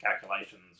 calculations